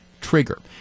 trigger